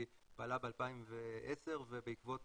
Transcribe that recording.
היא פעלה ב-2010 ובעקבות